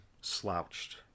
slouched